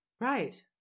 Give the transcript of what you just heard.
Right